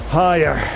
higher